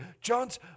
John's